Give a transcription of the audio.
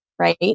Right